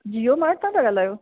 जियो मार्ट तां था ॻाल्हायो